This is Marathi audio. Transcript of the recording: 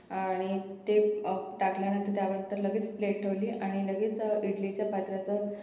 आणि ते टाकल्यानंतर त्यावर तर लगेच प्लेट ठेवली आणि लगेच इडलीच्या पात्राचं